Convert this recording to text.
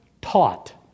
taught